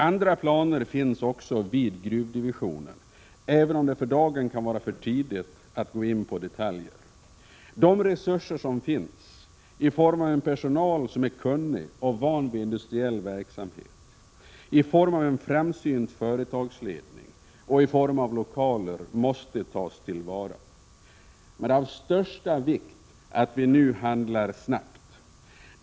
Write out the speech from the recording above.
Andra planer finns också vid gruvdivisionen, även om det för dagen kan vara för tidigt att gå in på detaljer. De resurser som finns i form av personal som är kunnig och van vid industriell verksamhet, i form av en framsynt företagsledning och i form av lokaler måste tas till vara. Men det är av största vikt att handla snabbt.